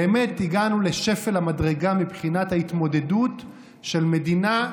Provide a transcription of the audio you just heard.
באמת הגענו לשפל המדרגה מבחינת ההתמודדות של מדינה,